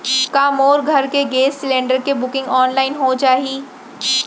का मोर घर के गैस सिलेंडर के बुकिंग ऑनलाइन हो जाही?